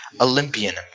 Olympian